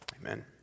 Amen